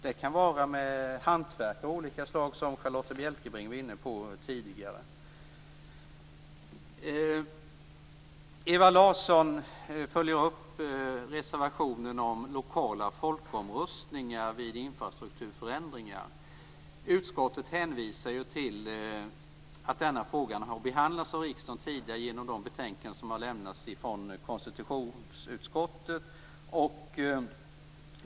Det kan, som Charlotta L Bjälkebring var inne på tidigare, vara fråga om hantverkare av olika slag. Ewa Larsson följde upp reservationen om lokala folkomröstningar vid infrastrukturförändringar. Utskottet hänvisar till att denna fråga tidigare har behandlats i kammaren på grundval av betänkanden från konstitutionsutskottet.